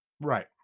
Right